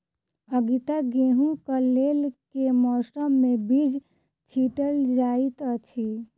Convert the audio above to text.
आगिता गेंहूँ कऽ लेल केँ मौसम मे बीज छिटल जाइत अछि?